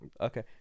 Okay